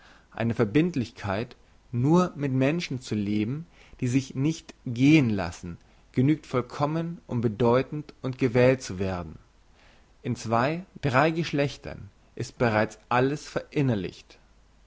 eine verbindlichkeit nur mit menschen zu leben die sich nicht gehen lassen genügt vollkommen um bedeutend und gewählt zu werden in zwei drei geschlechtern ist bereits alles verinnerlicht